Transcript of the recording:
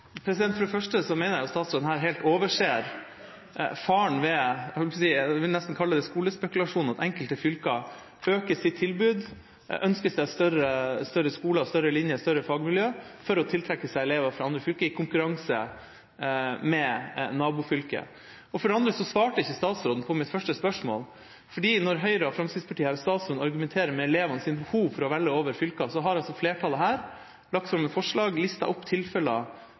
opplever. For det første mener jeg at statsråden her helt overser faren ved det jeg nesten vil kalle skolespekulasjon, at enkelte fylker øker sitt tilbud – ønsker seg større skoler og større linjer og større fagmiljø – for å tiltrekke seg elever fra andre fylker, i konkurranse med nabofylket. For det andre svarte ikke statsråden på mitt første spørsmål. Når Høyre og Fremskrittspartiet – og statsråden her – argumenterer med elevenes behov for å velge over fylkesgrensene, har altså flertallet her lagt fram et forslag, listet opp tilfeller